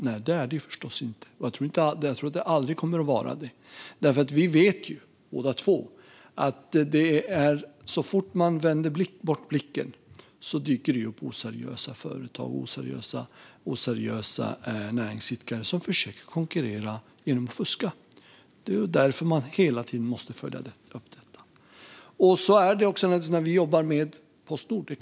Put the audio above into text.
Nej, det är det förstås inte. Jag tror att det aldrig kommer att bli det. Vi vet båda två att så fort man vänder bort blicken dyker det upp oseriösa företag och oseriösa näringsidkare som försöker konkurrera genom att fuska. Det är därför man hela tiden måste följa upp detta. Så är det också när vi jobbar med Postnord.